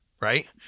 Right